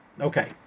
okay